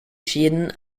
schäden